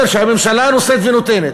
אומר שהממשלה נושאת ונותנת,